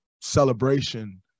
Celebration